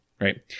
Right